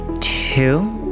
two